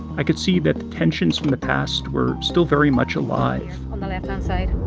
i could see that tensions from the past were still very much alive on the left-hand side.